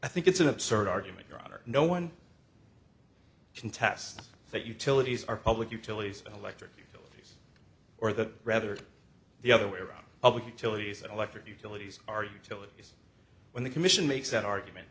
i think it's an absurd argument your honor no one contests that utilities are public utilities electric utility or the rather the other way around public utilities and electric utilities are utilities when the commission makes that argument